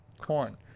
corn